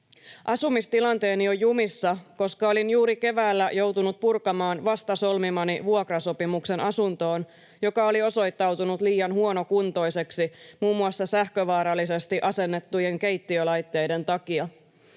”Asumistilanteeni on jumissa, koska olin juuri keväällä joutunut purkamaan vasta solmimani vuokrasopimuksen asuntoon, joka oli osoittautunut liian huonokuntoiseksi muun muassa sähkövaarallisesti asennettujen keittiölaitteiden takia.